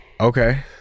Okay